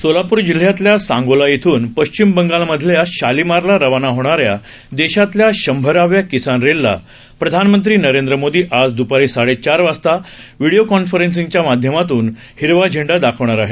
सोलापूर जिल्ह्यातल्या सांगोला इथून पश्चिम बंगालमधल्या शालिमारला रवाना होणाऱ्या देशातल्या शंभराव्या किसान रेलला प्रधानमंत्री नरेंद्र मोदी आज द्रपारी साडे चार वाजता व्हिडीओ कॉन्फरसिंग च्या माध्यमातून हिरवा झेंडा दाखवणार आहेत